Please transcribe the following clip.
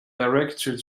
directory